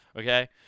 okay